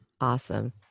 Awesome